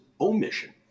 omission